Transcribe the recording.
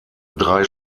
drei